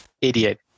idiot